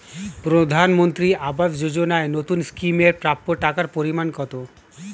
প্রধানমন্ত্রী আবাস যোজনায় নতুন স্কিম এর প্রাপ্য টাকার পরিমান কত?